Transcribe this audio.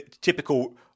typical